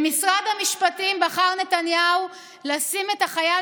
במשרד המשפטים בחר נתניהו לשים את החייל